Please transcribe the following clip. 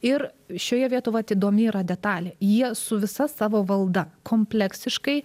ir šioje vietoj vat yra detalė jie su visa savo valda kompleksiškai